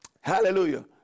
Hallelujah